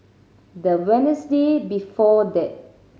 the Wednesday before that